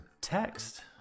text